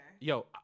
Yo